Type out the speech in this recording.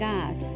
God